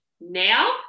now